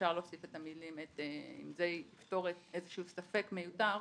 אפשר להוסיף את המלים אם זה יפתור איזשהו ספק מיותר,